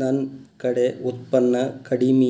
ನನ್ ಕಡೆ ಉತ್ಪನ್ನ ಕಡಿಮಿ